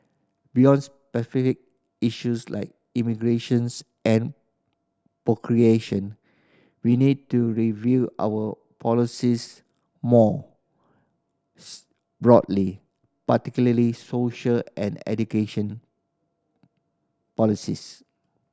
beyond issues like immigrations and procreation we need to review our policies mores broadly particularly social and education policies